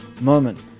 moment